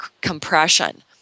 compression